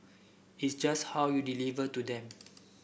it's just how you deliver to them